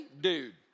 Dude